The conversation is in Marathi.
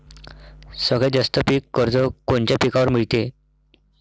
सगळ्यात जास्त पीक कर्ज कोनच्या पिकावर मिळते?